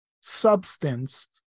substance